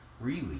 freely